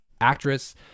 actress